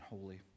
holy